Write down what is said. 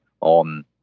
on